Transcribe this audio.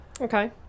Okay